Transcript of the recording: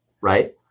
right